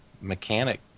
mechanic